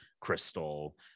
Crystal